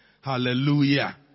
Hallelujah